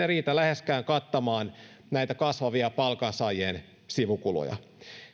riitä läheskään kattamaan näitä kasvavia palkansaajien sivukuluja